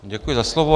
Děkuji za slovo.